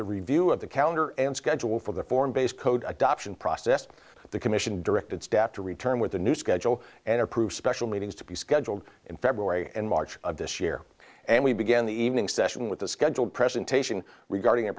the review of the calendar and schedule for the foreign based code adoption process the commission directed staff to return with the new schedule and approved special meetings to be scheduled in february and march of this year and we began the evening session with the scheduled presentation regarding